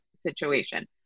situation